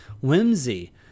whimsy